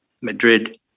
Madrid